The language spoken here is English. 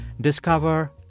Discover